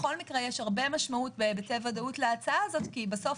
בכל מקרה יש הרבה משמעות בהיבטי ודאות להצעה כי בסוף,